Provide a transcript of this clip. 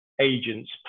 agents